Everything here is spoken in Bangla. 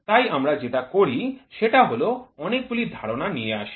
তাই আমরা যেটা করি সেটা হল অনেকগুলি ধারণা নিয়ে আসি